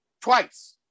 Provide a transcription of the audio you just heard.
twice